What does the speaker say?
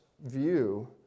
view